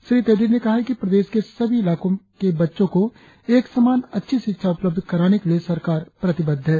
श्री तेदिर ने कहा है कि प्रदेश के सभी इलाको के बच्चो को एक समान अच्छी शिक्षा उपलब्ध कराने के लिए सरकार प्रतिबद्ध है